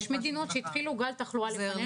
יש מדינות שהתחילו את גל התחלואה לפנינו,